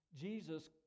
Jesus